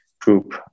group